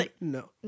no